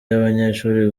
y’abanyeshuri